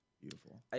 beautiful